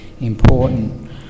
important